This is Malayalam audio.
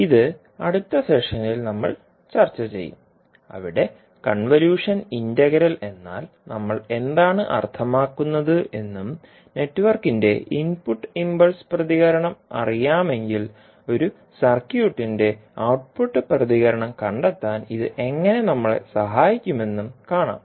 ഇത് അടുത്ത സെഷനിൽ നമ്മൾ ചർച്ച ചെയ്യും അവിടെ കൺവല്യൂഷൻ ഇന്റഗ്രൽ എന്നാൽ നമ്മൾ എന്താണ് അർത്ഥമാക്കുന്നത് എന്നും നെറ്റ്വർക്കിന്റെ ഇൻപുട്ട് ഇംപൾസ് പ്രതികരണം അറിയാമെങ്കിൽ ഒരു സർക്യൂട്ടിന്റെ ഔട്ട്പുട്ട് പ്രതികരണം കണ്ടെത്താൻ ഇത് എങ്ങനെ നമ്മളെ സഹായിക്കുമെന്നും കാണാം